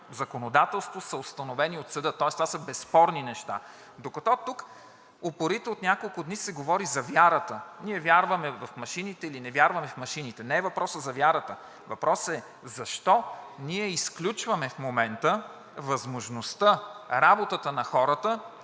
законодателство са установени от съда, тоест това са безспорни неща, докато тук упорито от няколко дни се говори за вярата – ние вярваме в машините или не вярваме в машините, не е въпросът за вярата. Въпросът е защо ние изключваме в момента възможността работата на хората